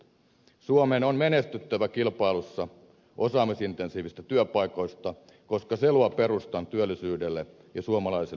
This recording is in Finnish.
suomen on menestyttävä kilpailussa osaamisintensiivisistä työpaikoista koska se luo perustan työllisyydelle ja suomalaiselle hyvinvoinnille